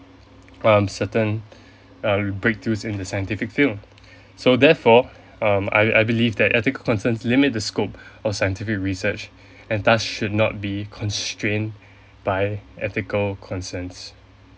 um certain uh breakthroughs in the scientific field so therefore um I I believe that ethical concerns limit the scope of scientific research and thus should not be constrained by ethical concerns